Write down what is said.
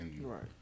Right